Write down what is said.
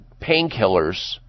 painkillers